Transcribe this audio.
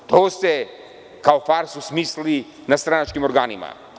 Ovo ste kao farsu smislili na stranačkim organima.